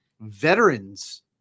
veterans